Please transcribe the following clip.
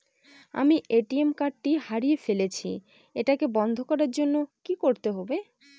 আমি ATM card টি হারিয়ে ফেলেছি এটাকে বন্ধ করার জন্য কি করতে হবে?